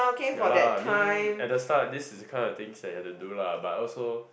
ya lah mean at the start this is the kind of things you had to do lah but also